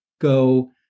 go